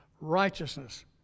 Righteousness